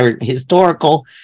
historical